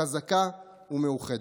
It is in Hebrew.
חזקה ומאוחדת.